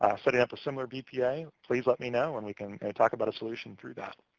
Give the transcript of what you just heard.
setting up a similar bpa, please let me know and we can talk about a solution through that.